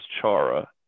Chara